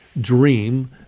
dream